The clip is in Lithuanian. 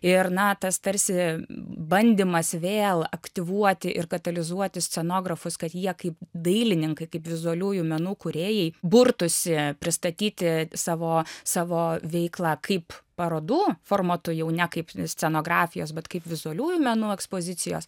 ir na tas tarsi bandymas vėl aktyvuoti ir katalizuoti scenografus kad jie kaip dailininkai kaip vizualiųjų menų kūrėjai burtųsi pristatyti savo savo veiklą kaip parodų formatu jau ne kaip scenografijos bet kaip vizualiųjų menų ekspozicijos